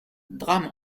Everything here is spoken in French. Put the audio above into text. drame